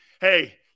hey